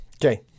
Okay